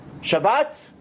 Shabbat